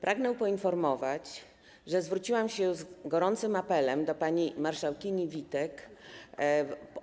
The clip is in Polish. Pragnę poinformować, że zwróciłam się z gorącem apelem do pani marszałkini Witek